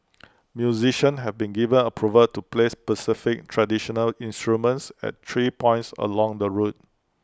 musicians have been given approval to play specified traditional instruments at three points along the route